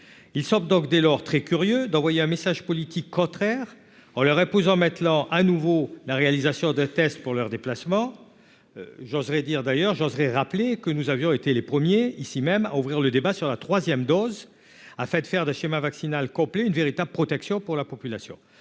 ils sortent donc dès lors très curieux d'envoyer un message politique contraire en leur imposant Maitland à nouveau la réalisation de tests pour leurs déplacements, j'oserais dire d'ailleurs, je voudrais rappeler que nous avions été les premiers ici même à ouvrir le débat sur la 3e dose a fait faire de schéma vaccinal complet, une véritable protection pour la population,